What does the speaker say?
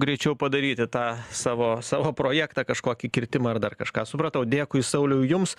greičiau padaryti tą savo savo projektą kažkokį kirtimą ar dar kažką supratau dėkui sauliau jums